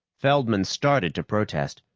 feldman started to protest,